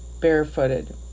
barefooted